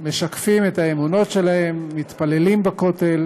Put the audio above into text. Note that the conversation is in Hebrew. משקפים את האמונות שלהם, מתפללים בכותל